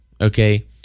Okay